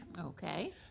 Okay